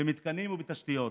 במתקנים ובתשתיות.